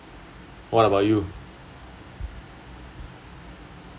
what about you